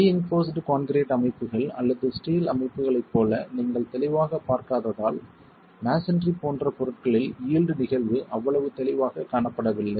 reinforced concrete அமைப்புகள் அல்லது steel அமைப்புகளைப் போல நீங்கள் தெளிவாகப் பார்க்காததால் மஸோன்றி போன்ற பொருட்களில் யீல்டு நிகழ்வு அவ்வளவு தெளிவாகக் காணப்படவில்லை